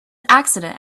accident